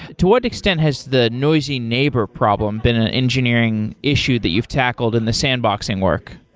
to what extent has the noisy neighbor problem been an engineering issue that you've tackled in the sandboxing work?